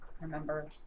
remember